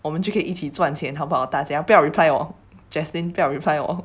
我们就可以一起赚钱好不好大家不要 reply 我 jaslyn 不要 reply 我